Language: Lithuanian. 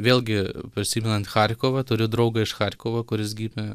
vėlgi prisimenant charkovą turiu draugą iš charkovo kuris gimė